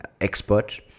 expert